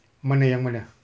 mana yang mana